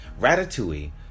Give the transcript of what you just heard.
Ratatouille